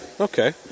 Okay